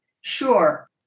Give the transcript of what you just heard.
Sure